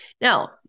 Now